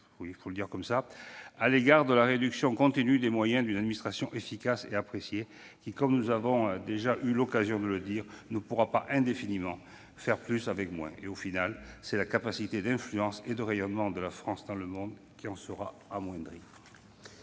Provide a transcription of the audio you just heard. part de mon inquiétude quant à la réduction continue des moyens d'une administration efficace et appréciée, qui- nous avons déjà eu l'occasion de le dire -ne pourra pas indéfiniment faire plus avec moins. Au final, c'est la capacité d'influence et de rayonnement de la France dans le monde qui en sera amoindrie.